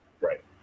Right